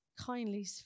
kindly